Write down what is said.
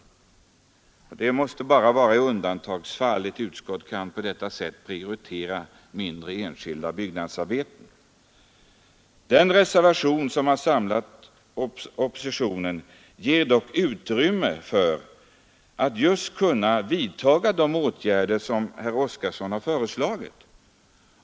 Det är endast i undantagsfall som ett utskott på det sättet bör prioritera enskilda mindre byggnadsarbeten. Den reservation som har samlat oppositionen ger dock utrymme för vidtagandet av de åtgärder som herr Oskarson har föreslagit.